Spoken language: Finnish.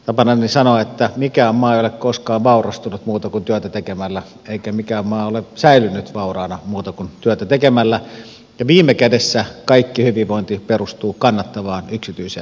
tapanani on sanoa että mikään maa ei ole koskaan vaurastunut muuten kuin työtä tekemällä eikä mikään maa ole säilynyt vauraana muuten kuin työtä tekemällä ja viime kädessä kaikki hyvinvointi perustuu kannattavaan yksityiseen liiketoimintaan